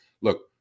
look